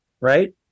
right